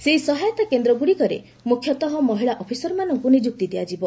ସେହି ସହାୟତା କେନ୍ଦ୍ରଗୁଡ଼ିକରେ ମୁଖ୍ୟତଃ ମହିଳା ଅଫିସରମାନଙ୍କୁ ନିଯୁକ୍ତି ଦିଆଯିବ